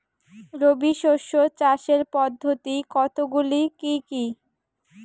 রবি শস্য চাষের পদ্ধতি কতগুলি কি কি?